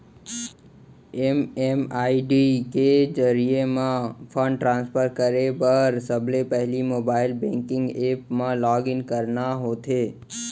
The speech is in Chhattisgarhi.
एम.एम.आई.डी के जरिये म फंड ट्रांसफर करे बर सबले पहिली मोबाइल बेंकिंग ऐप म लॉगिन करना होथे